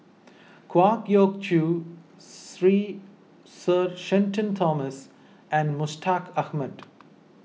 Kwa Geok Choo three Sir Shenton Thomas and Mustaq Ahmad